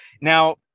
now